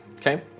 Okay